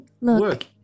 look